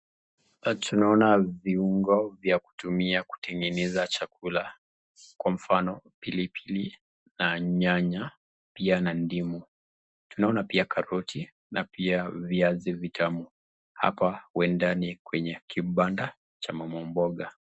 Hapa tunaona viongo vya kutumia kutengeneza chakula Kwa mfano pilipili, nyanya pia na ndimu, tunaona pia karoti na pia viazi vitamu hapa huenda ni kwenye kibanda cha mama mboga.